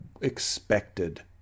expected